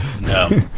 No